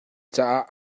caah